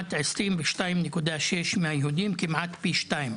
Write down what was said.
לעומת 22.6% מהגברים היהודים, כמעט פי שניים,